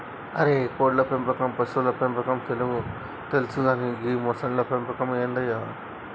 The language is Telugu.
అరే కోళ్ళ పెంపకం పశువుల పెంపకం తెలుసు కానీ గీ మొసళ్ల పెంపకం ఏందయ్య